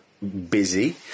busy